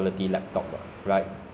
minimum lag